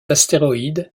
astéroïde